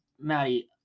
Maddie